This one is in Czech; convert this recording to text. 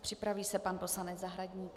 Připraví se pan poslanec Zahradník.